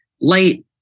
light